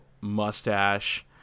mustache